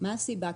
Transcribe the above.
מה הסיבה?